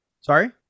Sorry